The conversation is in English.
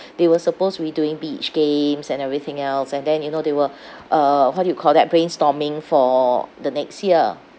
they were supposed to be doing beach games and everything else and then you know they were uh what do you call that brainstorming for the next year